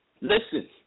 Listen